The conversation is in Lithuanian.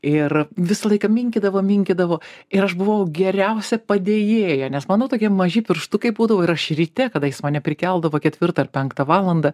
ir visą laiką minkydavo minkydavo ir aš buvau geriausia padėjėja nes mano tokie maži pirštukai būdavo ir aš ryte kada jis mane prikeldavo ketvirtą ar penktą valandą